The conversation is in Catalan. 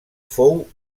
fou